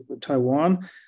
Taiwan